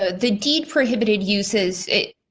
ah the deed prohibited uses it.